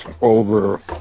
over